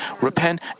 repent